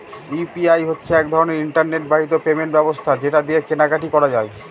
UPI হচ্ছে এক রকমের ইন্টারনেট বাহিত পেমেন্ট ব্যবস্থা যেটা দিয়ে কেনা কাটি করা যায়